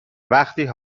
وقتی